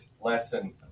lesson